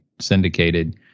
syndicated